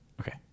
Okay